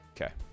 Okay